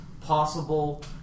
possible